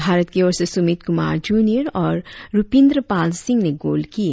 भारत की ओर से सुमित कुमार जूनियर और रुपिन्दर पाल सिंह ने गोल किए